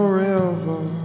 river